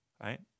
Right